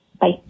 Bye